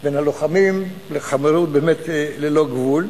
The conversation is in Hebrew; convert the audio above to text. בין לוחמים היא באמת חברות ללא גבול.